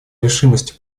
решимости